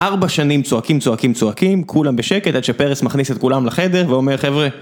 ארבע שנים צועקים צועקים צועקים, כולם בשקט עד שפרס מכניס את כולם לחדר ואומר 'חבר'ה...'